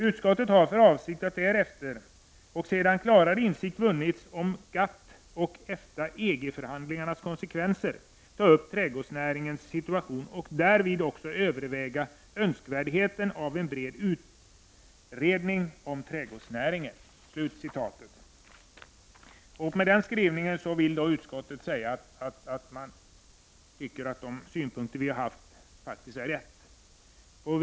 Utskottet har för avsikt att därefter, och sedan klarare insikt vunnits om GATT och EFTA/EG-förhandlingarnas konsekvenser, ta upp trädgårdsnäringens situation och därvid också överväga önskvärdheten av en bred utredning av trädgårdsnäringen.'' Med den skrivningen vill utskottet säga att man tycker att de synpunkter vi anfört faktiskt är riktiga.